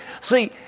see